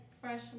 fresh